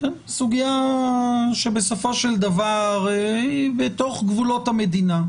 סוגיה שבסופו של דבר היא בתוך גבולות המדינה,